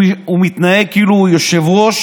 הוא מתנהג כאילו הוא יושב-ראש,